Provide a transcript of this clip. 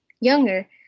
younger